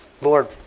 Lord